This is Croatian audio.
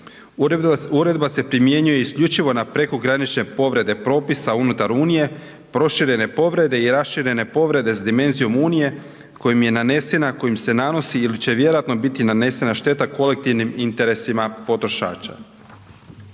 Uredba se primjenjuje isključivo na prekogranične povrede propisa unutar Unije, proširene povrede i raširene povrede s dimenzijom Unije, kojim je nanesena kojim se nanosi ili će vjerojatno biti nanesena šteta kolektivnim interesima potrošača.